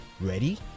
Ready